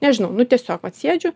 nežinau nu tiesiog vat sėdžiu